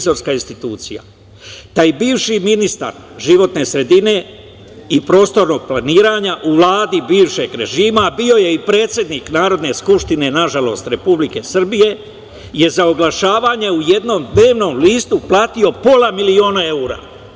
Taj bivši ministar životne sredine i prostornog planiranja u Vladi bivšeg režima, a bio je i predsednik Narodne skupštine, nažalost, Republike Srbije, je za oglašavanje u jednom dnevnom listu platio pola miliona evra.